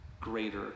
greater